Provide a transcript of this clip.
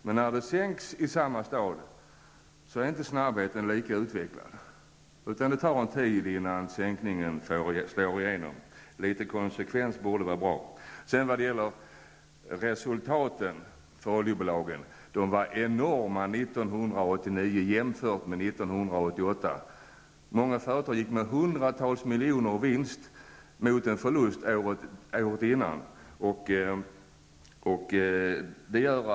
Men när priset sänks i samma stad är snabbheten inte lika utvecklad, utan det dröjer en tid innan prissänkningen slår igenom. Åtminstone någon konsekvens vore bra. Oljebolagens resultat var enorma 1989 jämfört med 1988. Många företag gick med vinst, och det handlade då om hundratals miljoner. Detta skall jämföras med den förlust man hade året innan.